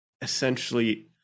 essentially